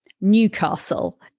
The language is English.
Newcastle